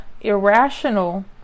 irrational